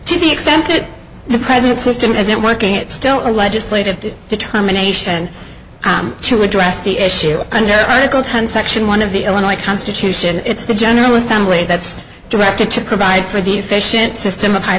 that the present system isn't working it's still a legislative did determination to address the issue under article ten section one of the illinois constitution it's the general assembly that's directed to provide for the efficient system of high